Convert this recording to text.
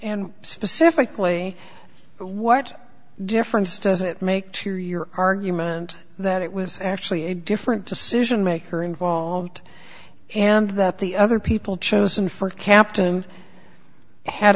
specifically what difference does it make to your argument that it was actually a different decision maker involved and that the other people chosen for captain i had